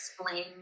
explain